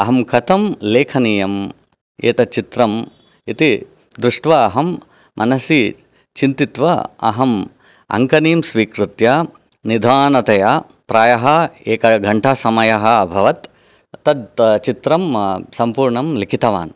अहं कथं लेखनीयम् एतत् चित्रम् इति दृष्ट्वा अहं मनसि चिन्तयित्वा अहम् अङ्कनीं स्वीकृत्य निधानतया प्रायः एकघण्टा समयः अभवत् तद् चित्रं सम्पूर्णं लिखितवान्